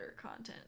content